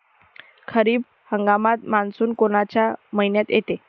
खरीप हंगामात मान्सून कोनच्या मइन्यात येते?